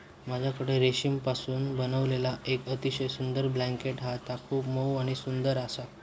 माझ्याकडे रेशीमपासून बनविलेला येक अतिशय सुंदर ब्लँकेट हा ता खूप मऊ आणि सुंदर आसा